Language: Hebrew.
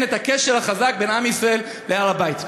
את הקשר החזק בין עם ישראל לבין הר-הבית.